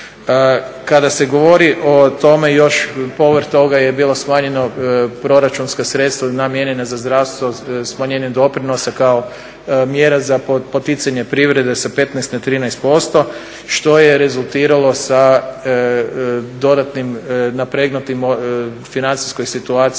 Kada se govori o tome još povrh toga je bilo smanjeno proračunska sredstva namijenjena za zdravstvo smanjenjem doprinosa kao mjera za poticanje privrede sa 15 na 14% što je rezultiralo sa dodatnim napregnutim financijskoj situaciji